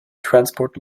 transport